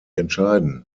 entscheiden